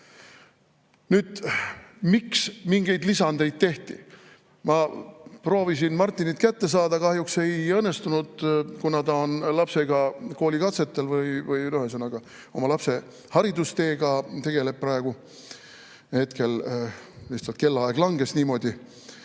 Miks mingeid lisamisi tehti? Ma proovisin Martinit kätte saada, kahjuks ei õnnestunud, kuna ta on lapsega koolikatsetel, ühesõnaga, oma lapse haridusteega tegeleb praegu, lihtsalt kellaajad langesid niimoodi